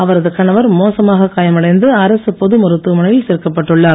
அவரது கணவர் மோசமாக காயமடைந்து அரசுப் பொது மருத்துவமனையில் சேர்க்கப்பட்டுள்ளார்